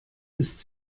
ist